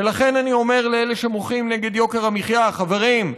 ולכן אני אומר לאלה שמוחים נגד יוקר המחיה: חברים,